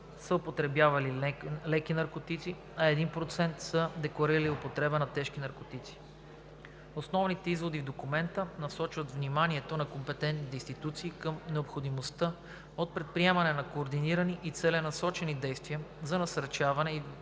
са употребявали леки наркотици, а 1% са декларирали употреба на тежки наркотици. Основните изводи в документа насочват вниманието на компетентните институции към необходимостта от предприемане на координирани и целенасочени действия за насърчаване и